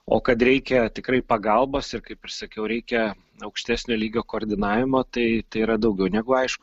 o kad reikia tikrai pagalbos ir kaip ir sakiau reikia aukštesnio lygio koordinavimo tai tai yra daugiau negu aišku